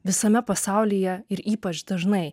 visame pasaulyje ir ypač dažnai